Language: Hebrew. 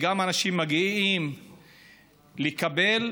גם אנשים מגיעים לקבל,